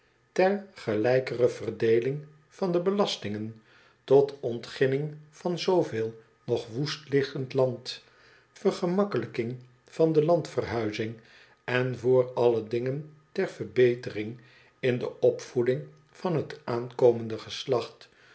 ter gelijkere verdeeling van de belastingen tot ontginning van zooveel nog woest liggend land vergemakkelijking van de landverhuizing en vr alle dingen ter verbetering in de opvoeding van het aankomende geslacht